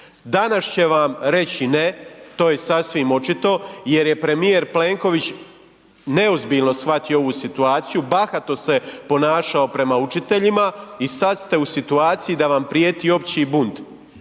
Danas će vam reći ne, to je sasvim očito jer je premijer Plenković neozbiljno shvatio ovu situaciju, bahato se ponašao prema učiteljima i sada ste u situaciji da vam prijeti opći bunt